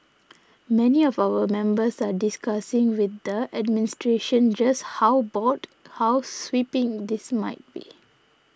many of our members are discussing with the administration just how broad how sweeping this might be